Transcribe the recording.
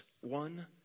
one